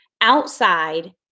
outside